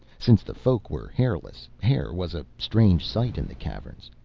since the folk were hairless, hair was a strange sight in the caverns.